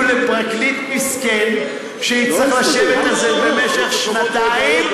לפרקליט מסכן שיצטרך לשבת על זה במשך שנתיים,